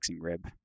rib